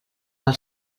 per